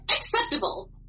acceptable